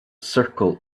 circle